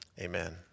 amen